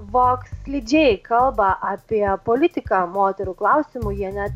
voks slidžiai kalba apie politiką moterų klausimu jie net